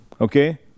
Okay